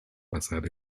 pasar